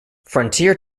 frontier